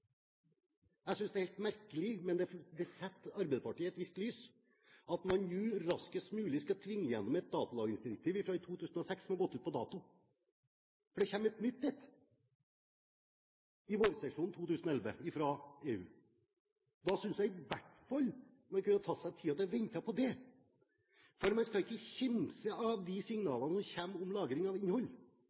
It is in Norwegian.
jeg en samtale med Brussel. Jeg synes det er helt merkelig, og det setter Arbeiderpartiet i et visst lys, at man nå raskest mulig skal tvinge igjennom et datalagringsdirektiv fra 2006 som har gått ut på dato. For det kommer et nytt i vårsesjonen 2011 fra EU. Da synes jeg i hvert fall man kunne tatt seg tid til å vente på det, for man skal ikke kimse av de signalene som kommer om lagring av innhold.